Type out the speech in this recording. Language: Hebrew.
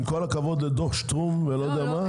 עם כל הכבוד לדוח שטרום ולא יודע מה,